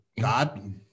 God